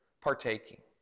partaking